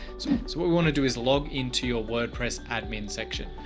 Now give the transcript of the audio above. so what we want to do is log into your wordpress admin section.